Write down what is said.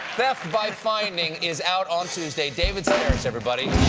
theft by finding is out on tuesday. david sedaris, everybody!